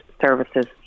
services